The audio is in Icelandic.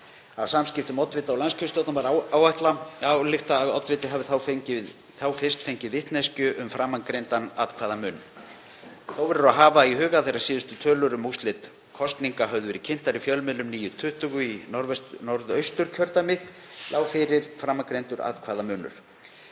Af samskiptum oddvita og landskjörstjórnar má álykta að oddviti hafi þá fyrst fengið vitneskju um framangreindan atkvæðamun. Þó verður að hafa í huga að þegar síðustu tölur um úrslit kosninga höfðu verið kynntar í fjölmiðlum kl. 9.20 í Norðausturkjördæmi lá fyrir framangreindur atkvæðamunur.